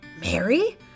Mary